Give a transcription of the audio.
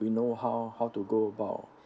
we know how how to go about